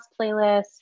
playlist